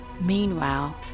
Meanwhile